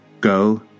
Go